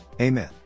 Amen